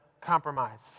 compromise